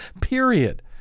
period